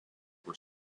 were